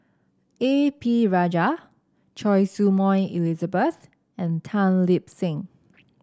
A P Rajah Choy Su Moi Elizabeth and Tan Lip Seng